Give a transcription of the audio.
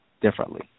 differently